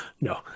no